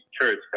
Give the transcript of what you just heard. church